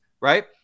right